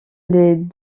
les